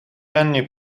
anni